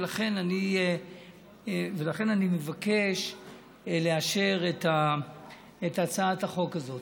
ולכן אני מבקש לאשר את הצעת החוק הזאת.